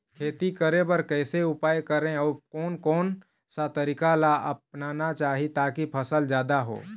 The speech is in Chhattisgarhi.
खेती करें बर कैसे उपाय करें अउ कोन कौन सा तरीका ला अपनाना चाही ताकि फसल जादा हो?